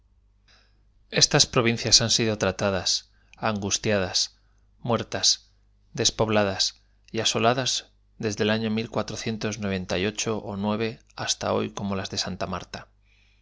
estas provincias han sido tratadas angustiadas muertas despobladas y asoladas d e s d e el año d e m